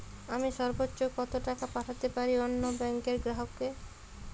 আমি সর্বোচ্চ কতো টাকা পাঠাতে পারি অন্য ব্যাংক র গ্রাহক কে?